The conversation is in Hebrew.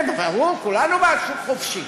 ברור, כולנו בעד שוק חופשי.